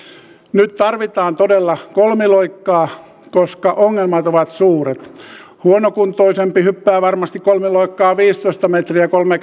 nyt tarvitaan todella kolmiloikkaa koska ongelmat ovat suuret huonokuntoisempi hyppää varmasti kolmiloikkaa viisitoista metriä kolme